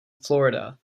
florida